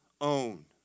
own